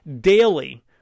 Daily